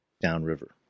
downriver